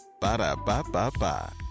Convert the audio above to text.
Ba-da-ba-ba-ba